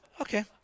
okay